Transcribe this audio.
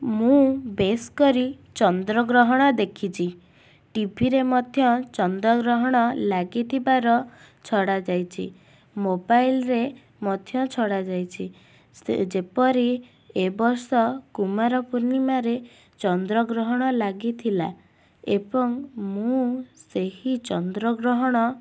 ମୁଁ ବେଶ୍ କରି ଚନ୍ଦ୍ରଗ୍ରହଣ ଦେଖିଛି ଟିଭିରେ ମଧ୍ୟ ଚନ୍ଦ୍ରଗ୍ରହଣ ଲାଗିଥିବାର ଛଡ଼ାଯାଇଛି ମୋବାଇଲରେ ମଧ୍ୟ ଛଡ଼ାଯାଇଛି ଯେପରି ଏବର୍ଷ କୁମାରପୂର୍ଣ୍ଣିମାରେ ଚନ୍ଦ୍ରଗ୍ରହଣ ଲାଗିଥିଲା ଏବଂ ମୁଁ ସେହି ଚନ୍ଦ୍ରଗ୍ରହଣ